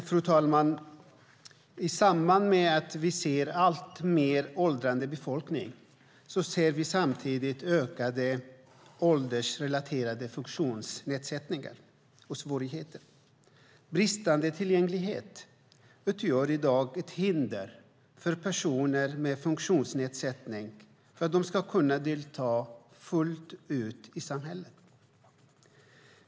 Fru talman! I samband med att vi ser en alltmer åldrande befolkning ser vi också ökade åldersrelaterade funktionsnedsättningar och svårigheter. Bristande tillgänglighet utgör i dag ett hinder för att personer med funktionsnedsättning ska kunna delta fullt ut i samhället.